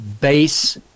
base